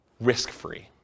risk-free